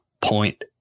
Point